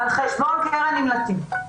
על חשבון קרן נמלטים.